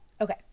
Okay